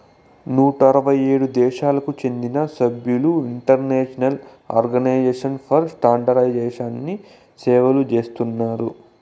నూట అరవై ఏడు దేశాలకు చెందిన సభ్యులు ఇంటర్నేషనల్ ఆర్గనైజేషన్ ఫర్ స్టాండర్డయిజేషన్ని సేవలు చేస్తున్నారు